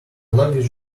longest